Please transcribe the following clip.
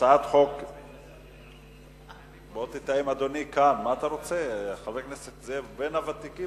אני קובע שהצעת החוק "גלי צה"ל" שידורי רדיו